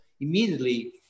immediately